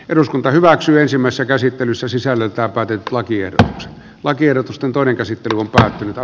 eduskunta hyväksyisimmässä käsittelyssä sisällöt ja päädyt lakiehdotukset lakiehdotusten toinen käsittely on päättynyt ja